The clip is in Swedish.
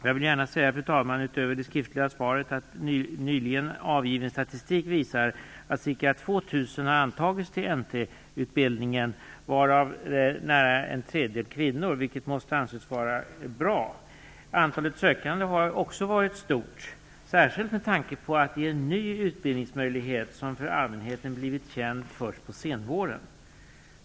Jag vill gärna säga att nyligen avgiven statistik visar att ca 2 000 studerande har antagits till NT-utbildningen, varav nära en tredjedel är kvinnor, vilket måste anses vara bra. Antalet sökande har varit stort, särskilt med tanke på att det är en ny utbildningsmöjlighet som för allmänheten blivit känd först på senvåren.